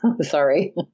Sorry